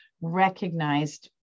recognized